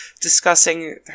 discussing